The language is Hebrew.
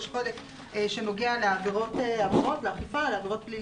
יש חלק שנוגע לעבירות פליליות,